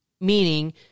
meaning